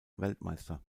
weltmeister